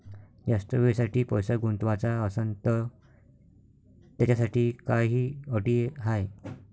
जास्त वेळेसाठी पैसा गुंतवाचा असनं त त्याच्यासाठी काही अटी हाय?